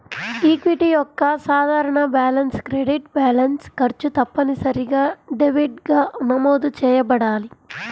equity యొక్క సాధారణ balance credit balance, ఖర్చు తప్పనిసరిగా డెబిట్గా నమోదు చేయబడాలి